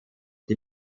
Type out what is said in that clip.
die